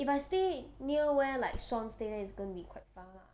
if I stay near where like shawn stay then is gonna be quite far lah